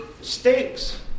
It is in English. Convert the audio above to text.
steaks